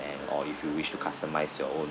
and or if you wish to customise your own